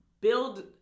build